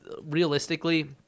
realistically